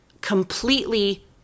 completely